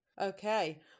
Okay